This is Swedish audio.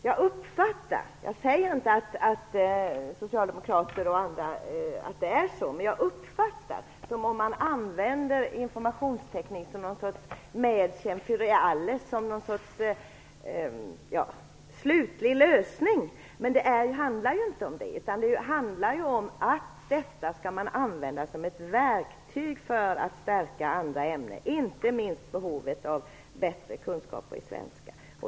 Jag uppfattar - jag säger inte att det är så - det som om man använder informationsteknik som någon sorts "ein Mädchen für alles", en slutlig lösning. Men det handlar inte om det, utan det handlar om att använda det som ett verktyg för att stärka andra ämnen, inte minst när det gäller att nå bättre kunskaper i svenska.